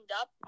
up